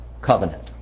covenant